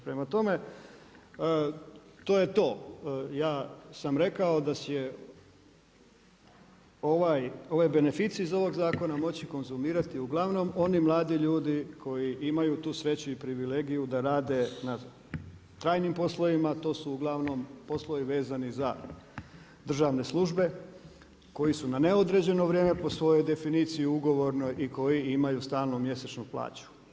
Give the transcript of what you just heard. Prema tome, to je to, ja sam rekao da će ove beneficije iz ovoga zakona moći konzumirati uglavnom oni mladi ljudi koji imaju tu sreću i privilegiju da rade na trajnim poslovima a to su uglavnom poslovi vezani za državne službe, koji su na neodređeno vrijeme po svojoj definiciji ugovornoj i koji imaju stalnu mjesečnu plaću.